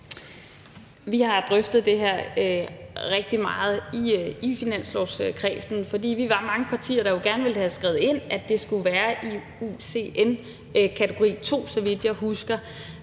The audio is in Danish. Vi har drøftet det her rigtig meget i finanslovskredsen, for vi var mange partier, der jo gerne ville have skrevet ind, at de skulle være i IUCN's kategori II, så vidt jeg husker.